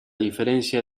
diferencias